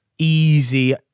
easy